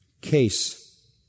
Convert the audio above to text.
case